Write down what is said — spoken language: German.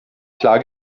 klar